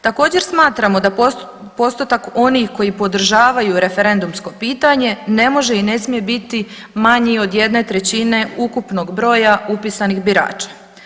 Također smatramo da postotak onih koji podržavaju referendumsko pitanje ne može i ne smije biti manji od 1/3 ukupnog broja upisanih birača.